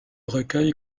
recueil